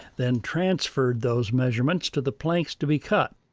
then transferred those measurements to the planks to be cut.